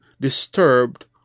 disturbed